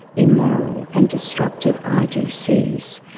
immoral and destructive idcs.